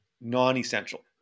non-essential